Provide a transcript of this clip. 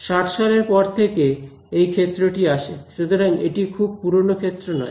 60 সালের পর থেকে এই ক্ষেত্রটি আসে সুতরাং এটি খুব পুরনো ক্ষেত্র নয়